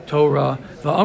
Torah